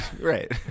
right